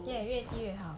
ya 越低越好